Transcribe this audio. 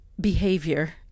behavior